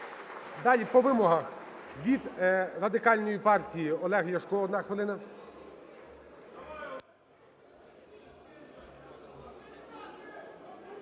Далі по вимогах. Від Радикальної партії Олег Ляшко 1 хвилина.